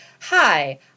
hi